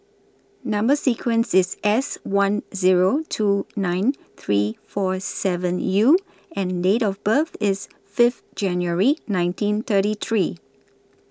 Number sequence IS S one Zero two nine three four seven U and Date of birth IS Fifth January nineteen thirty three